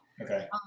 okay